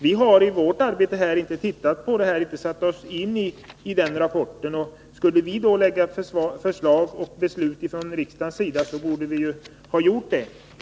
Vi har i vårt arbete i jordbruksutskottet inte satt oss in i denna rapport, men om riksdagen skall fatta ett beslut borde vi ju ha gjort det.